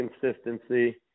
consistency